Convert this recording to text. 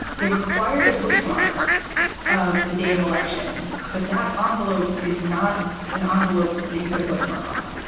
they required a postmark of the day of election. but that ah envelope is not an envelope that you put a postmark on,